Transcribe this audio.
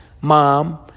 mom